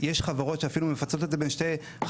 יש חברות שאפילו מפצלות את זה בין שתי חברות